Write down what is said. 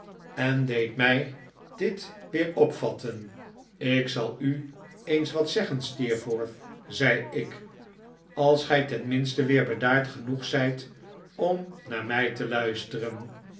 en deed mij dit weer opvatten ik zal u eens wat zeggen steerforth zei ik als gij tenminste weer bedaard genoeg zijt om naar mij te luisteren